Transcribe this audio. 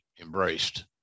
embraced